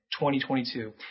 2022